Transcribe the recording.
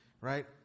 right